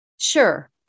Sure